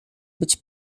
być